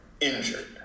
injured